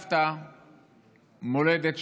ועזבת מולדת,